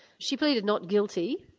she pleaded not guilty.